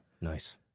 nice